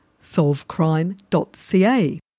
solvecrime.ca